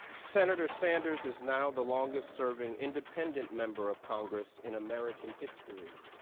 senator sanders is now the longest serveing independent member of congress in american history.